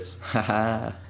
Haha